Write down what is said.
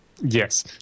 Yes